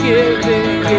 Giving